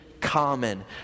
common